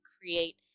create